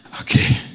Okay